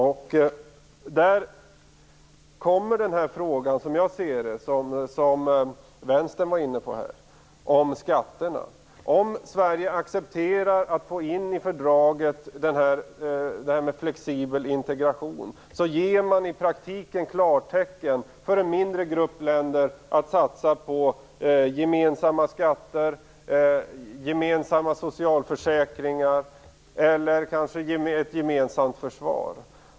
Där kommer frågan om skatterna fram - som även Vänstern var inne på. Om Sverige accepterar att flexibel integration tas med i fördraget, ges i praktiken klartecken till en mindre grupp länder att satsa på gemensamma skatter, gemensamma socialförsäkringar eller kanske ett gemensamt försvar.